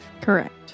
Correct